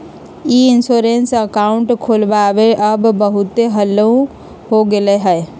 ई insurance account खोलबनाइ अब बहुते हल्लुक हो गेलइ ह